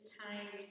time